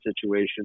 situation